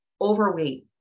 overweight